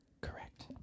Correct